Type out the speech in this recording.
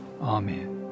amen